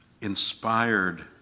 inspired